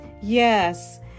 yes